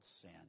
sin